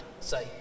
Say